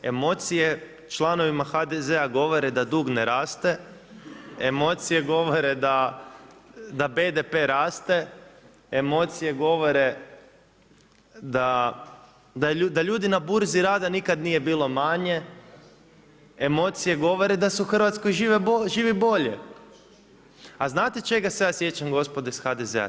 Emocije, članovima HDZ-a govore da dug ne raste, emocije govore da BDP raste, emocije da ljudi na burzi rada nikad nije bilo manje, emocije govore da se u Hrvatskoj živi bolje, a znate čega se ja sjećam gospodo iz HDZ-a?